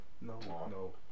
No